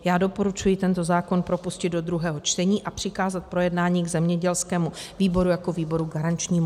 Já doporučuji tento zákon propustit do druhého čtení a přikázat k projednání zemědělskému výboru jako výboru garančnímu.